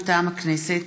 מטעם הכנסת: